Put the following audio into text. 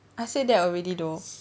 I say that already though